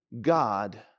God